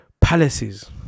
palaces